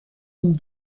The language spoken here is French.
une